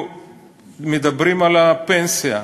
מדברים על הפנסיה,